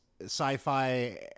sci-fi